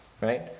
right